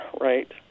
right